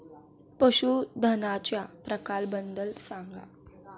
पशूधनाच्या प्रकारांबद्दल सांगा